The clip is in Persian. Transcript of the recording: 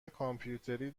کامپیوتری